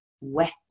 wet